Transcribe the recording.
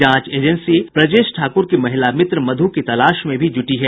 जांच एजेंसी ब्रजेश ठाकुर की महिला मित्र मधु की तलाश में भी जूटी है